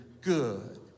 good